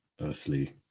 earthly